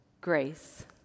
grace